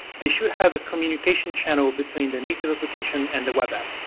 they should have a communication channel between the needs of application and the web app.